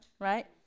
right